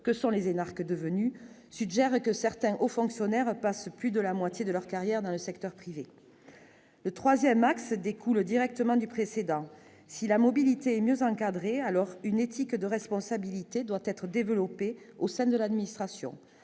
que sont les énarques devenus. Suggérer que certains hauts fonctionnaires passent plus de la moitié de leur carrière dans le secteur privé, le 3ème axe découle directement du précédent si la mobilité mieux encadrer alors une éthique de responsabilité doit être développée au sein de l'administration